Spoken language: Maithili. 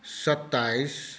सत्ताइस